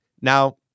now